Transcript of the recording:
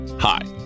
Hi